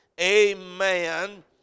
amen